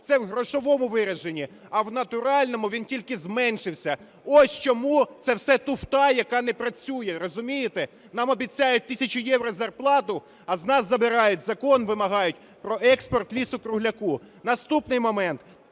це в грошовому вираженні, а в натуральному він тільки зменшився. Ось чому це все туфта, яка не працює, розумієте? Нам обіцяють тисячу євро зарплату, а з нас забирають, Закон вимагають про експорт лісу-кругляка. Наступний момент.